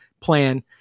plan